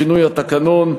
שינוי התקנון,